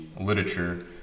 literature